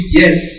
yes